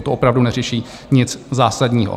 To opravdu neřeší nic zásadního.